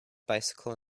bicycle